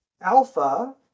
Alpha